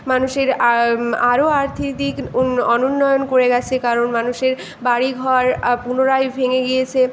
মানুষের আরও আর্থিক দিক উন অনুন্নয়ন করে গিয়েছে কারণ মানুষের বাড়ি ঘর পুনরায় ভেঙে গিয়েছে